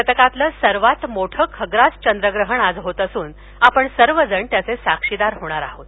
शतकातलं सर्वात मोठं खग्रास चंद्रग्रहण आज होत असून आपण सर्वजण त्याचे साक्षीदार होणार आहोत